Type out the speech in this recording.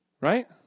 Right